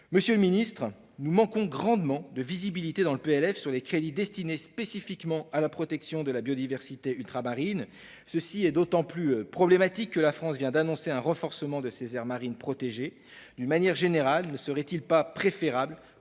Monsieur le ministre, la visibilité fait grandement défaut, dans ce PLF, quant aux crédits destinés spécifiquement à la protection de la biodiversité ultramarine. Cela est d'autant plus problématique que la France vient d'annoncer un renforcement de ses aires marines protégées. En tout état de cause, ne serait-il pas préférable